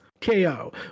KO